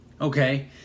Okay